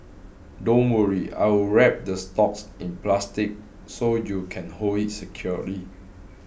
don't worry I will wrap the stalks in plastic so you can hold it securely